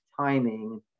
timing